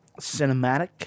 cinematic